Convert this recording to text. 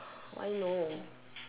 !aiyo!